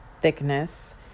thickness